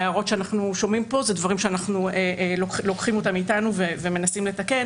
ההערות שאנחנו שומעים פה הם דברים שאנחנו לוקחים איתנו ומנסים לתקן.